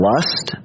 Lust